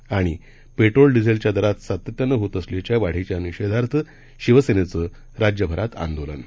आणि पेट्रोल डिझेलच्या दरात सातत्यानं होत असलेल्या वाढीच्या निषेधार्थ शिवसेनेचं राज्यभरात आंदोलनं